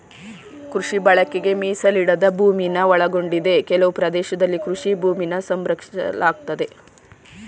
ಕೃಷಿ ಬಳಕೆಗೆ ಮೀಸಲಿಡದ ಭೂಮಿನ ಒಳಗೊಂಡಿದೆ ಕೆಲವು ಪ್ರದೇಶದಲ್ಲಿ ಕೃಷಿ ಭೂಮಿನ ಸಂರಕ್ಷಿಸಲಾಗಯ್ತೆ